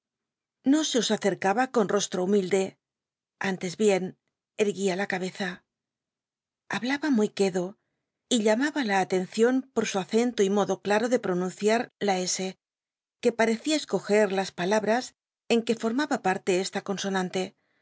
lo se os acercaba con rosho humilde antes bien erguia la cabeza hablaba muy quedo y llamaba la atencion i su acento y modo claro de ponuneim las que jo parecía escoger las palabras en que formaba parte esta consonante